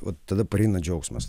vat tada praeina džiaugsmas